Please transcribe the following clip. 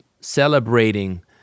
celebrating